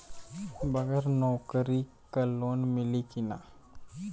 बगर नौकरी क लोन मिली कि ना?